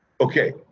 Okay